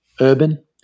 urban